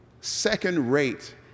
second-rate